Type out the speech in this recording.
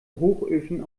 hochöfen